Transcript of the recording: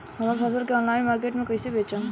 हमार फसल के ऑनलाइन मार्केट मे कैसे बेचम?